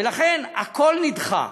ולכן הכול נדחה.